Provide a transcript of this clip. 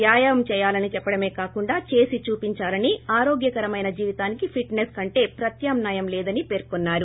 వ్యాయామం చేయాలని చెప్పడమే కాక చేస్ చూపించాలని ఆరోగ్యకరమైన జీవితానికి ఫిట్నెస్ కంటే ప్రత్యామ్నాయం లేదని పేర్కొన్నారు